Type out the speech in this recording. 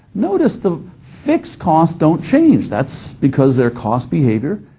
notice the fixed costs don't change. that's because their cost behavior,